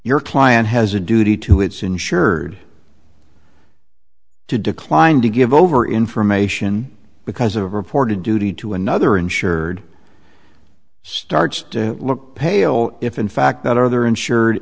your client has a duty to its insured to decline to give over information because of reported duty to another insured starts to look pale if in fact that other insured